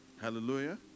Hallelujah